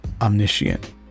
Omniscient